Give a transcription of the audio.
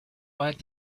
right